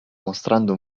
mostrando